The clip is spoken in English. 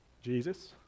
Jesus